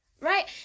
right